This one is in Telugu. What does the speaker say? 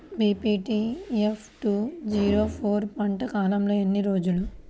BPT five two zero four పంట కాలంలో ఎన్ని రోజులు?